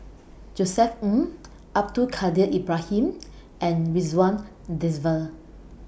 Josef Ng Abdul Kadir Ibrahim and Ridzwan Dzafir